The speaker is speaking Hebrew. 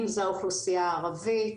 אם זו האוכלוסייה הערבית,